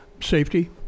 Safety